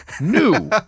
new